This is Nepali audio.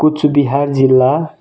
कुचबिहार जिल्ला